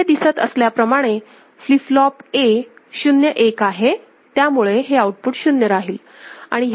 इथे दिसत असल्याप्रमाणे फ्लीप फ्लोप A 01 आहे त्यामुळे हे आउटपुट शून्य राहील